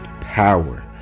power